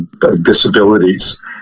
disabilities